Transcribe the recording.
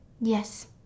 Yes